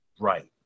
right